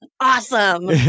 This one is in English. Awesome